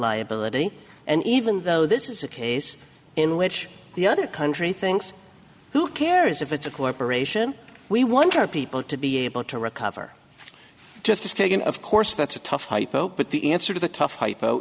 liability and even though this is a case in which the other country thinks who cares if it's a corporation we want our people to be able to recover justice kagan of course that's a tough hypo but the answer to the tough hypo